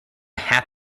half